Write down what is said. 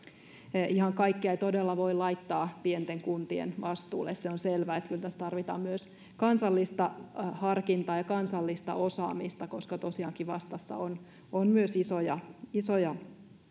ihan kaikkea ei todella voi laittaa pienten kuntien vastuulle se on selvää että kyllä tässä tarvitaan myös kansallista harkintaa ja kansallista osaamista koska tosiaankin vastassa on on myös isoja isoja